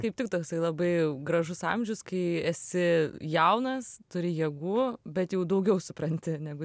kaip tik toksai labai gražus amžius kai esi jaunas turi jėgų bet jau daugiau supranti negu